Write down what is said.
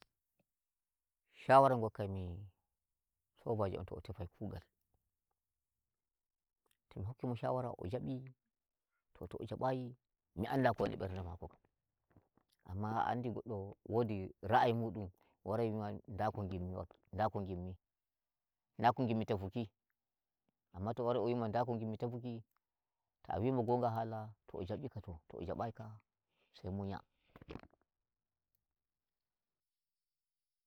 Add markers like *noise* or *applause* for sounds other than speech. Shawara gokkai mi sobajo am to mo tefai kugal, to mi hokki ma shawara mo jabi, to to'a jabayi mi anda ni ko woni nder mberde mako kam. *noise* Amma a andi goɗɗo wodi ra'ayi muɗum warai yi'uma nda ko ngimmi wa nda ko ngimmi tefuki. Amma to'o wari'o wima nda ko ngimmi tefuki ta'a wi mo ngoga haka to mo jabi ka, to to mo jabayi ka sai *noise* munya.